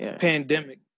pandemic